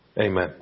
amen